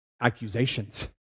accusations